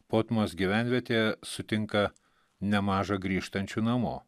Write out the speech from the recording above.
potmos gyvenvietė sutinka nemaža grįžtančių namo